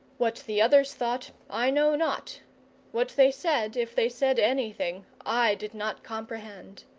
what the others thought i know not what they said, if they said anything, i did not comprehend.